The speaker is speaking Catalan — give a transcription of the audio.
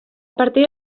partir